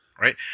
Right